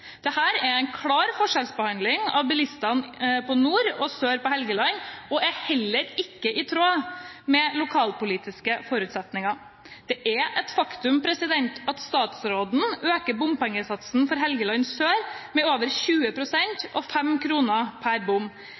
er en klar forskjellsbehandling av bilistene nord og sør på Helgeland og er heller ikke i tråd med lokalpolitiske forutsetninger. Det er et faktum at statsråden øker bompengesatsen for Helgeland sør med over 20 pst., 5 kr per bom.